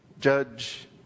Judge